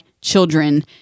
children